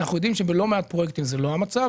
אבל אנחנו יודעים שבלא מעט פרויקטים זה לא המצב.